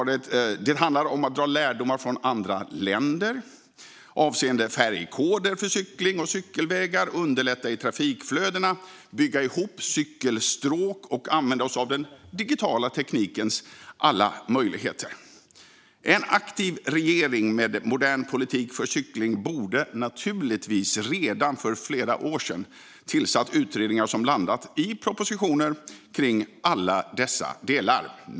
Det handlar om att dra lärdomar från andra länder avseende färgkoder för cykling och cykelvägar. Det handlar om att underlätta i trafikflödena, om att bygga ihop cykelstråk och om att använda oss av den digitala teknikens alla möjligheter. En aktiv regering med modern politik för cykling borde naturligtvis redan för flera år sedan ha tillsatt utredningar som landat i propositioner kring alla dessa delar.